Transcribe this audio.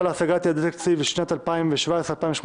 להשגת יעדי התקציב לשנות התקציב 2017 ו-2018)